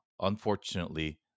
unfortunately